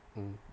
mm